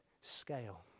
scale